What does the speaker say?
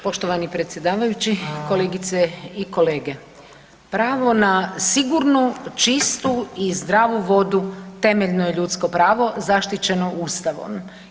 Poštovani predsjedavajući, kolegice i kolege, pravo na sigurnu, čistu i zdravu vodu temeljno je ljudsko pravo zaštićeno Ustavom.